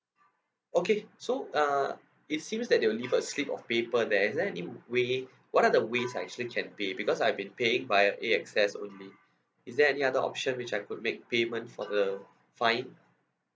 okay so uh it seems that they'll leave a slip of paper there is there any way what are the ways I actually can pay because I've been paying via A_X_S only is there any other option which I could make payment for the fine